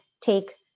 take